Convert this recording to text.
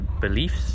beliefs